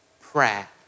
prayer